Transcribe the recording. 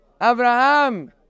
Abraham